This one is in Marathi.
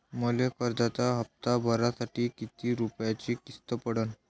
मले कर्जाचा हप्ता भरासाठी किती रूपयाची किस्त पडन?